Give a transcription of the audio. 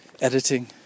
editing